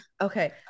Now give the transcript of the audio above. Okay